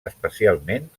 especialment